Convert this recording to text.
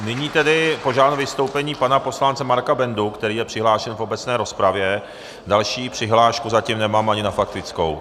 Nyní požádám o vystoupení pana poslance Marka Bendu, který je přihlášen v obecné rozpravě, další přihlášku zatím nemám, ani na faktickou.